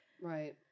Right